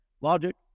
logic